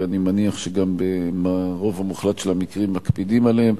ואני מניח שגם ברוב המוחלט של המקרים מקפידים עליהם.